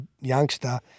youngster